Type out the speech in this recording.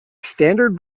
standard